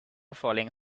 falling